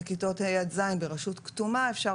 בכיתות ה' עד ז' ברשות כתומה אפשר